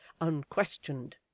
unquestioned